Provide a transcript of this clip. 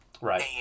Right